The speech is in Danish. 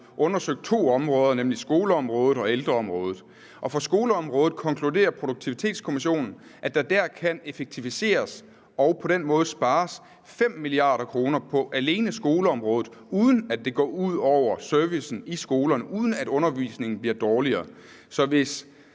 undersøgt to områder, nemlig skoleområdet og ældreområdet. Og på skoleområdet konkluderer Produktivitetskommissionen, at der kan effektiviseres og på den måde spares 5 mia. kr. alene på skoleområdet, uden at det går ud over servicen i skolerne, og uden at undervisningen bliver dårligere. Så hvis